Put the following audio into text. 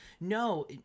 No